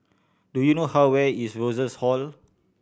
do you know how where is Rosas Hall